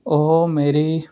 ਉਹ ਮੇਰੀ